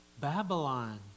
Babylon